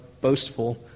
boastful